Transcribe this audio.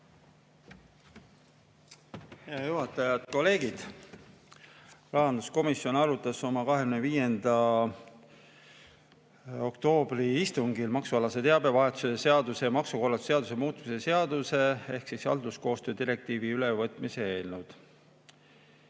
Hea juhataja! Head kolleegid! Rahanduskomisjon arutas oma 25. oktoobri istungil maksualase teabevahetuse seaduse ja maksukorralduse seaduse muutmise seaduse (halduskoostöö direktiivi ülevõtmine) eelnõu.